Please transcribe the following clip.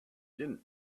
didn’t